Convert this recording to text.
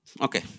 okay